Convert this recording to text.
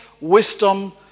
wisdom